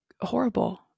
horrible